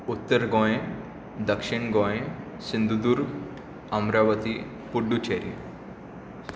उत्तर गोंय दक्षिण गोंय सिंधुदुर्ग आमरावती पोंडीचेरी